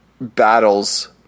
battles